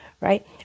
right